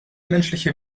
menschliche